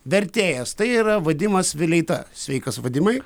vertėjas tai yra vadimas vileita sveikas vadimai